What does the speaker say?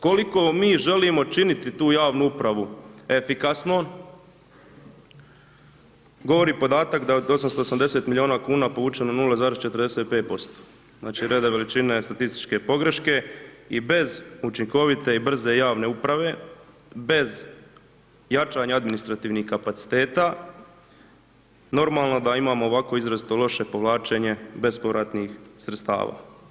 Koliko mi želimo činiti tu javnu upravu efikasnom govori podatak da je od 880 milijuna kuna povučeno 0,45%, znači, reda veličine statističke pogreške i bez učinkovite i brze javne uprave, bez jačanja administrativnih kapaciteta, normalno da imamo ovako izrazito loše povlačenje bespovratnih sredstava.